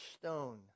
stone